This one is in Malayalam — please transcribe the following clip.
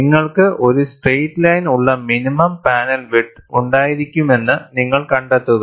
നിങ്ങൾക്ക് ഒരു സ്ട്രെയിറ്റ് ലൈൻ ഉള്ള മിനിമം പാനൽ വിഡ്ത് ഉണ്ടായിരിക്കുമെന്ന് നിങ്ങൾ കണ്ടെത്തുക